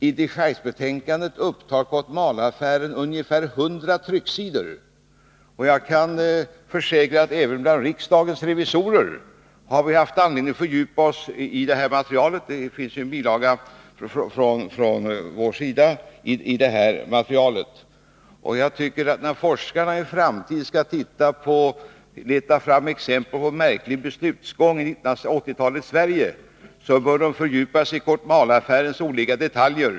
I dechargebetänkandet upptog Kotmaleaffären ungefär 100 trycksidor. Och jag kan försäkra att även bland riksdagens revisorer har vi haft anledning att fördjupa oss i det materialet — det finns en bilaga från vår sida i betänkandet. När forskarna i framtiden skall leta fram exempel på märklig beslutsgång i 1980-talets Sverige, bör de fördjupa sig i Kotmaleaffärens olika detaljer.